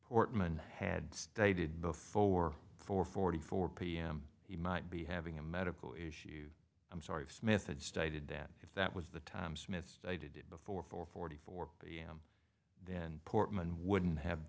portman had stated before four forty four pm he might be having a medical issue i'm sorry smith had stated that if that was the time smith stated it before four forty four pm then portman wouldn't have